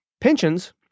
Pensions